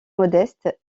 modeste